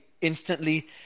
instantly